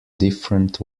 different